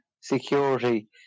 security